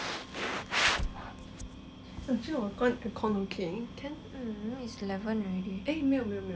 can now is eleven already